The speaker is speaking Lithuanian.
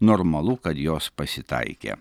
normalu kad jos pasitaikė